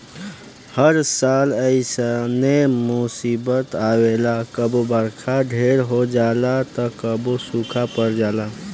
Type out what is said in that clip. हर साल ऐइसने मुसीबत आवेला कबो बरखा ढेर हो जाला त कबो सूखा पड़ जाला